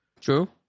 True